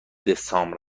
دسامبر